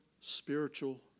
spiritual